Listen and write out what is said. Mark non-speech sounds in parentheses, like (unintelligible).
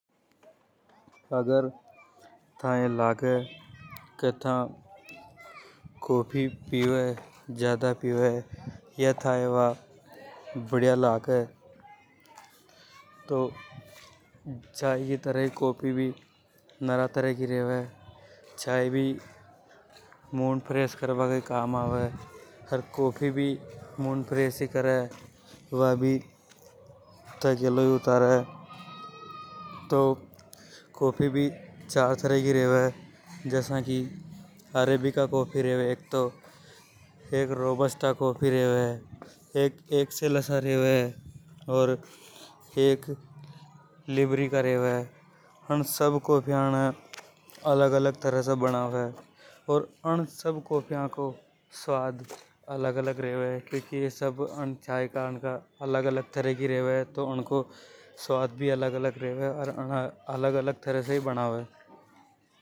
अगर थाई लगे के था कॉफी पीवे ज्यादा पीवे या थाए बा बढ़िया लगे। (noise) तो चाय की तरह कॉफी भी नरा तरह की रेवे चाय भी मूड फ्रेश कर बा के काम आवे। अर कॉफी भी मूड फ्रेश ही करे व भी थकेलो हो उतारे कॉफी भी तरह की रेवे जसा की अरेबिका की रेवे एक रोबोटिक रेवे एक सेलसा रेवे अर एक लिब्रिका रेवे अन सब कॉफियाने अलग-अलग तरह से बनावे। (noise) ओर अन सब कोफिया को स्वाद अलग-अलग रेवे (unintelligible) अर आने अलग-अलग तरह से बनावे।